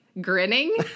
grinning